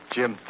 Jim